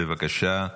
בבקשה,